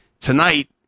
tonight